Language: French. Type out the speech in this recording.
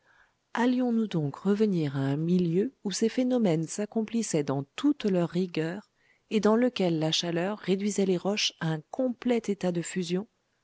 allions nous donc revenir à un milieu où ces phénomènes s'accomplissaient dans toute leur rigueur et dans lequel la chaleur réduisait les roches à un complet état de fusion